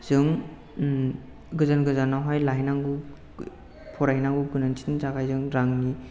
जों गोजान गोजानावहाय लाहैनांगौ फरायहैनांगौ गोनांथिनि थाखाय जों रांनि